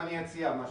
וגם אני אציע משהו.